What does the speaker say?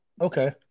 okay